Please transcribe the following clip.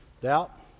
Doubt